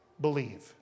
believe